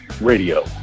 Radio